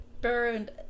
burned